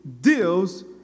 deals